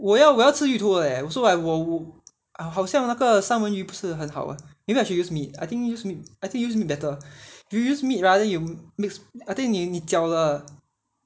我要我要吃芋头的 leh so like 我我要 ah 好像三文鱼不是很好玩 maybe I should use meat I think use mea~ I think use meat better you use meat rather you use meat I think 你搅 lah